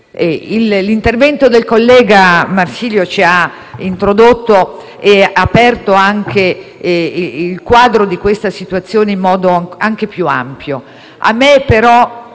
l'intervento del collega Marsilio ci ha introdotto e aperto il quadro di questa situazione in modo più ampio.